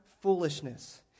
foolishness